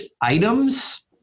items